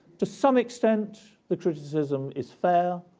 to some extent, the criticism is fair.